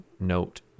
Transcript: Note